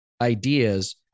ideas